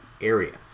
area